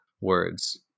words